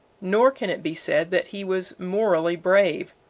nor can it be said that he was morally brave.